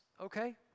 Okay